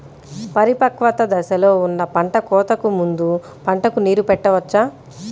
పరిపక్వత దశలో ఉన్న పంట కోతకు ముందు పంటకు నీరు పెట్టవచ్చా?